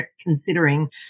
considering